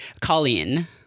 Colleen